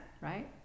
right